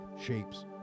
shapes